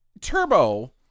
Turbo